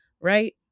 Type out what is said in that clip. right